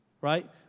Right